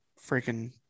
freaking